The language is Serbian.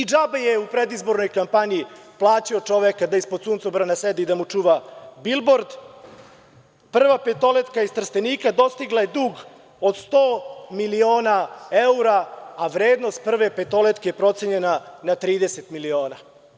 Džaba je u predizbornoj kampanji plaćao čoveka da ispod suncobrana sedi i da mu čuva bilbord, „Prva petoletka“ iz Trstenika dostigla je dug od 100 miliona evra, a vrednost „Prve petoletke“ je procenjena na 30 miliona.